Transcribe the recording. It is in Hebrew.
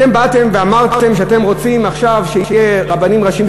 אתם באתם ואמרתם שאתם רוצים עכשיו שיהיו רבנים ראשיים